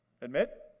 Admit